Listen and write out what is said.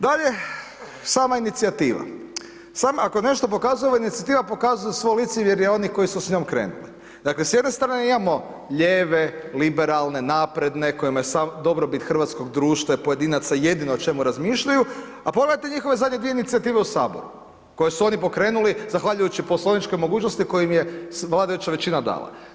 Dalje, sama inicijativa, ako nešto pokazuje ova inicijativa pokazuje svo licemjerje onih koji su s njom krenuli, dakle s jedne strane imamo lijeve, liberalne, napredne kojima je dobrobit hrvatskog društva i pojedinaca jedino o čemu razmišljaju, a pogledajte njihove zadnje dvije inicijative u saboru, koje su oni pokrenuli zahvaljujući poslovničkoj mogućnosti koju im je vladajuća većina dala.